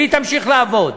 והיא תמשיך לעבוד.